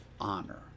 honor